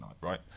right